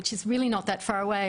אבל זה לא כל כך רחוק,